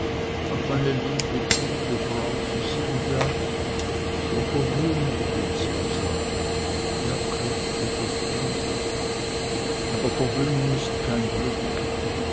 ach meine liebe gute frau sie sind ja so verwöhnt willst du sagen ja christel das bin ich aber verwöhnung ist kein glück